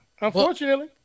Unfortunately